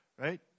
Right